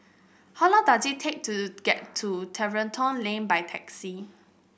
how long does it take to get to Tiverton Lane by taxi